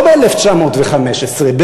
לא ב-1915,